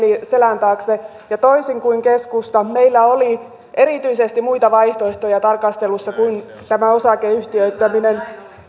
selän taakse ja toisin kuin keskustalla meillä oli erityisesti muita vaihtoehtoja tarkastelussa kuin tämä osakeyhtiöittäminen